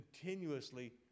continuously